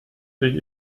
sich